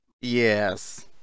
Yes